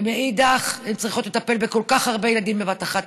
ומאידך הן צריכות לטפל בכל כך הרבה ילדים בבת אחת.